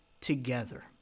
together